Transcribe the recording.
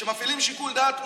כשמפעילים שיקול דעת,